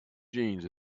jeans